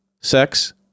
sex